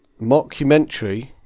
mockumentary